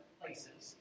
places